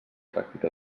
pràctica